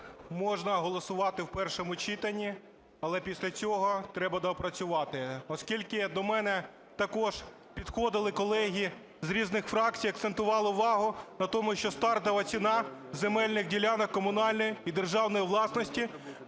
можна голосувати в першому читанні, але після цього треба доопрацювати. Оскільки до мене також підходили колеги з різних фракцій, акцентували увагу на тому, що стартова ціна земельних ділянок комунальної і державної власності